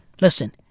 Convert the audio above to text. listen